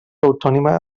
autònoma